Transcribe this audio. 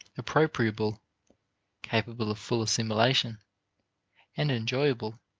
appropriable capable of full assimilation and enjoyable,